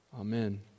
Amen